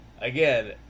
again